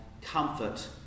comfort